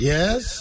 Yes